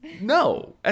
No